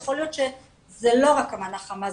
יכול להיות שזה לא רק המנה חמה,